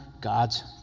God's